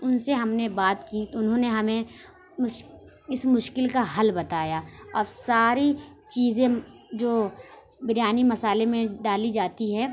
ان سے ہم نے بات کی انہوں نے ہمیں اس مشکل کا حل بتایا اب ساری چیزیں جو بریانی مسالے میں ڈالی جاتی ہے